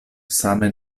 same